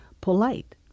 polite